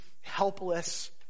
helpless